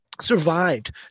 survived